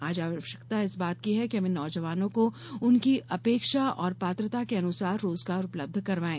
आज आवश्यकता इस बात की है कि हम इन नौजवानों को उनकी अपेक्षा और पात्रता के अनुसार रोजगार उपलब्ध करवाएँ